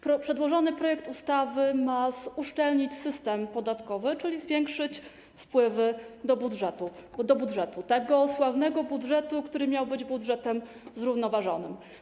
Przedłożony projekt ustawy ma uszczelnić system podatkowy, czyli zwiększyć wpływy do budżetu, tego sławnego budżetu, który miał być budżetem zrównoważonym.